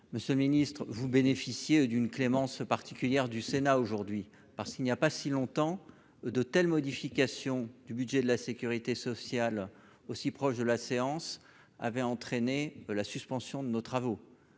Monsieur le ministre, vous bénéficiez d'une clémence particulière du Sénat aujourd'hui : il n'y a pas si longtemps, de telles modifications du budget de la sécurité sociale juste avant la séance publique avaient entraîné la suspension de nos travaux.